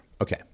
Okay